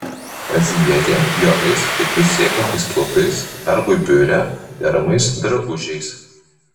azijietė juodais pečius siekiančiais plaukais darbui biure deramais drabužiais